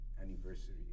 anniversary